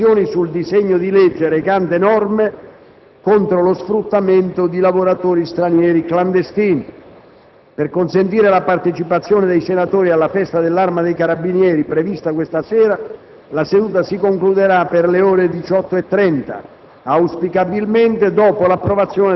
Si passerà poi al seguito delle votazioni sul disegno di legge recante norme contro lo sfruttamento di lavoratori stranieri clandestini. Per consentire la partecipazione dei senatori alla Festa dell'Arma dei carabinieri, prevista questa sera, la seduta si concluderà entro le ore 18,30,